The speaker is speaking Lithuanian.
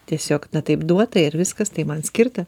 tiesiog na taip duota ir viskas taip man skirta